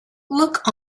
look